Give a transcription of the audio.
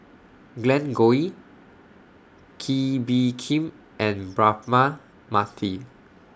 Glen Goei Kee Bee Khim and Braema Mathi